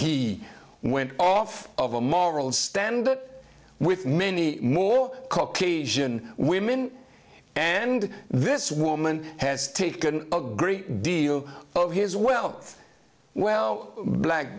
he went off of a moral stand with many more caucasian women and this woman has taken a great deal of his wealth well black